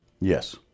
Yes